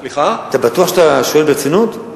אתה בטוח שאתה שואל ברצינות?